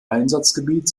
einsatzgebiet